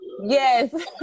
Yes